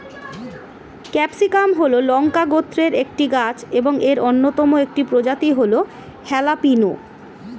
capsicum হল লঙ্কা গোত্রের একটি গাছ এবং এর অন্যতম একটি প্রজাতি হল হ্যালাপিনো